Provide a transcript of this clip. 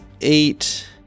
eight